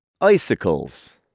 Icicles